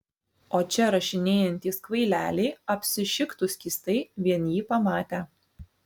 o čia rašinėjantys kvaileliai apsišiktų skystai vien jį pamatę